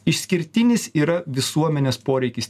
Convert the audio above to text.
išskirtinis yra visuomenės poreikis